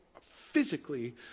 physically